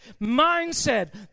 mindset